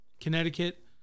Connecticut